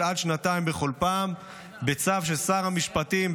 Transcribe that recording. עד שנתיים בכל פעם בצו של שר המשפטים,